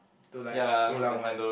to like pull out one